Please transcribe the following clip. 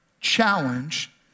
challenge